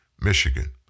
Michigan